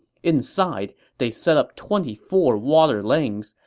inside, they set up twenty four water lanes,